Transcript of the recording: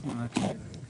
לעצור לרגע ולדבר.